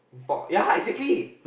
talk ya exactly